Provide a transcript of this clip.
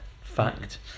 Fact